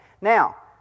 Now